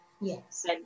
yes